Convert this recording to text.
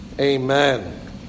Amen